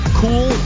cool